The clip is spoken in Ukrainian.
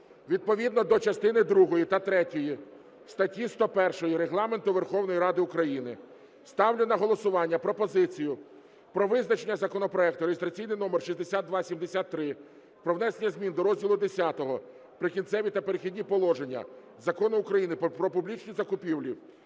відповідно до частини другої та третьої статті 101 Регламенту Верховної Ради України ставлю на голосування пропозицію про визначення законопроекту (реєстраційний номер 6273) про внесення змін до розділу Х "Прикінцеві та перехідні положення" Закону України "Про публічні закупівлі"